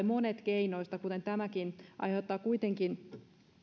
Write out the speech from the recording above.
monet keinoista kuten tämäkin aiheuttavat kuitenkin